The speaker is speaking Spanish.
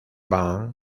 band